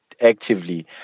actively